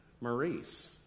Maurice